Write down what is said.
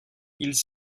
ils